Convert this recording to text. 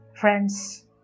friends